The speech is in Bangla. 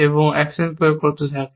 এবং অ্যাকশন প্রয়োগ করতে থাকে